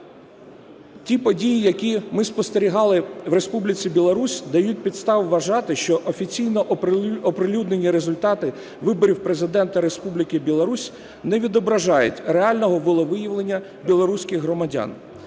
Ті події, які ми спостерігали в Республіці Білорусь, дають підставу вважати, що офіційно оприлюднені результати виборів Президента Республіки Білорусь не відображають реального волевиявлення білоруських громадян.